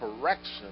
correction